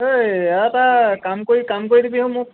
এই এটা কাম কৰি কাম কৰি দিবিচোন মোক